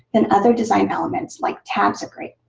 then other design elements like tabs are great.